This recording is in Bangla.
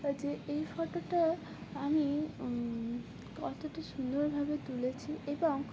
যে এই ফটোটা আমি কতটা সুন্দরভাবে তুলেছি এবং